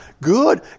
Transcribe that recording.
good